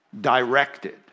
directed